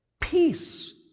Peace